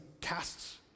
casts